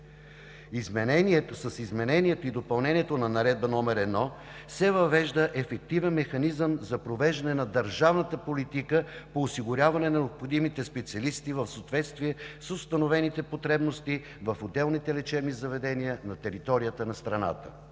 специалисти. С изменението и допълнението на Наредба № 1 се въвежда ефективен механизъм за провеждане на държавната политика по осигуряване на необходимите специалисти в съответствие с установените потребности в отделните лечебни заведения на територията на страната.